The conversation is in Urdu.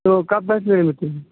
تو کب پہنچیے گا میٹنگ میں